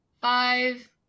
Five